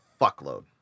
fuckload